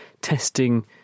testing